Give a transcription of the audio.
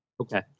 Okay